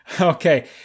Okay